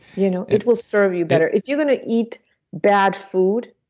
you know it will serve you better. if you're going to eat bad food,